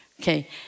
Okay